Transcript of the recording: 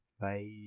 Bye